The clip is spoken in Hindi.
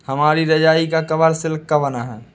हमारी रजाई का कवर सिल्क का बना है